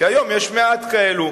כי היום יש מעט כאלו.